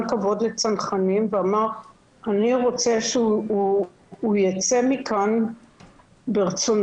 כבוד לצנחנים ואמר: אני רוצה שהוא ייצא מכאן ברצונו,